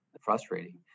frustrating